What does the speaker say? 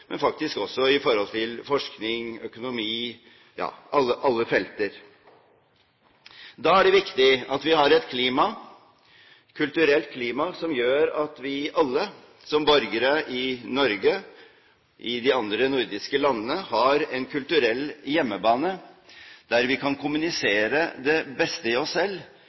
forskning, økonomi – ja alle felter. Da er det viktig at vi har et kulturelt klima som gjør at vi som borgere i Norge har en kulturell hjemmebane i de andre nordiske landene der vi kan kommunisere det beste i oss selv